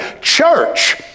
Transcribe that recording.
church